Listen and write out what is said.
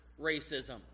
racism